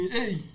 Hey